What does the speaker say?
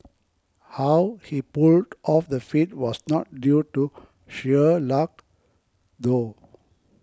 how he pulled off the feat was not due to sheer luck though